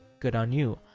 good on you.